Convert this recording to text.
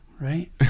right